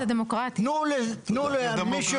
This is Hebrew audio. תנו למישהו.